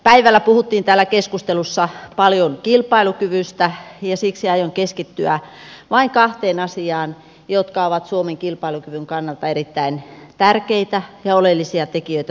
päivällä puhuttiin täällä keskustelussa paljon kilpailukyvystä ja siksi aion keskittyä vain kahteen asiaan jotka ovat suomen kilpailukyvyn kannalta erittäin tärkeitä ja oleellisia tekijöitä tulevaisuudessa